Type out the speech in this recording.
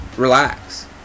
relax